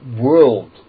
world